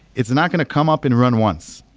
it's not going to come up and run once.